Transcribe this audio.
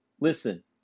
Listen